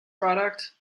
product